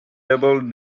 double